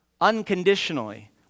unconditionally